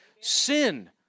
Sin